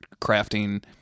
crafting